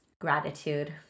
gratitude